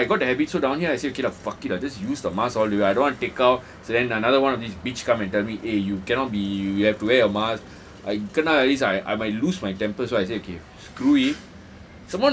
so ya I got the habit so down here I say okay lah fuck it lah just use the mask all the way I don't want to take out so then another one of this bitch come and tell me eh you cannot be you have to wear a mask I kena like this I I might lose my temper so I say okay screw it